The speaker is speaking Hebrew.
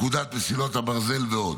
פקודת מסילות הברזל ועוד.